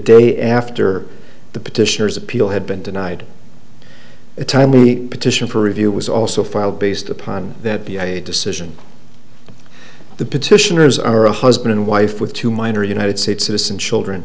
day after the petitioners appeal had been denied a timely petition for review was also filed based upon that being a decision the petitioners are a husband and wife with two minor united states citizen children